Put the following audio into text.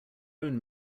own